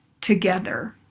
together